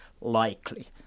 likely